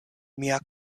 mia